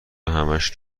همش